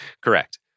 Correct